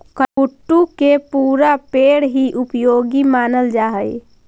कुट्टू के पुरा पेड़ हीं उपयोगी मानल जा हई